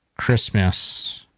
Christmas